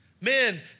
Men